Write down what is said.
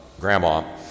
Grandma